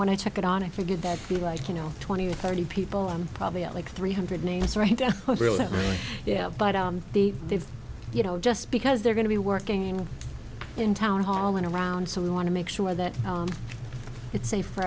when i took it on i figured that we like you know twenty or thirty people are probably at like three hundred names right now yeah but the they've you know just because they're going to be working in town hall and around so we want to make sure that it's safe for